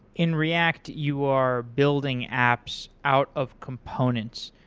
in react, you are building apps out of components.